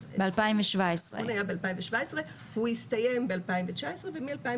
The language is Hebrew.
האחרון היה ב-2017 הוא הסתיים ב-2019 ומ-2019